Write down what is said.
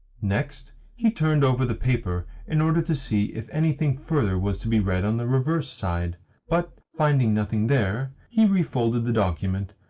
next, he turned over the paper, in order to see if anything further was to be read on the reverse side but, finding nothing there, he refolded the document,